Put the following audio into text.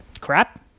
Crap